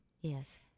yes